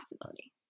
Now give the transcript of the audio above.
possibility